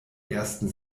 ersten